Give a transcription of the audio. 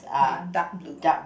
!huh! dark blue